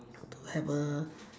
to to have a